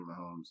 Mahomes